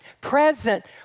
present